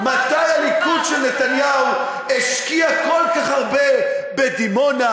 מתי הליכוד של נתניהו השקיע כל כך הרבה בדימונה,